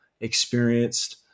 experienced